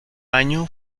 año